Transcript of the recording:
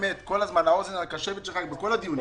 באמת האוזן הקשבת שלך היא כל הזמן בכל הדיונים,